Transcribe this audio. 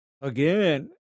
again